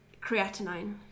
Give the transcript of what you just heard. creatinine